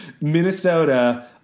Minnesota